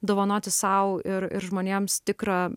dovanoti sau ir ir žmonėms tikrą